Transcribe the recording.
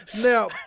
now